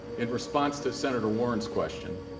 in response to senator warns question